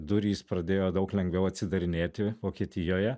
durys pradėjo daug lengviau atsidarinėti vokietijoje